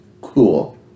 Cool